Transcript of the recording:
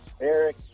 Eric